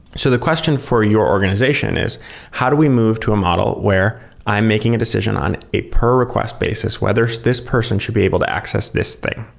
so the question for your organization is how do we move to a model where i am making a decision on a per request basis, whether this person should be able to access thing.